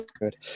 good